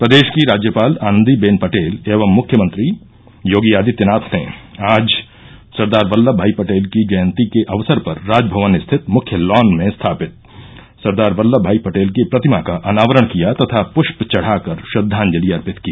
प्रदेश की राज्यपाल आनंदीबेन पटेल एवं मुख्यमंत्री योगी आदित्यनाथ ने आज सरदार वल्लभगई पटेल की जयंती के अवसर पर राजभवन स्थित मृख्य लॉन में स्थापित सरदार वल्लभगई पटेल की प्रतिमा का अनावरण किया तथा प्ष्प चढ़ाकर श्रद्वांजलि अर्पित की